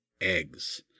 eggs